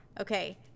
Okay